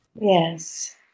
Yes